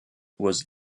was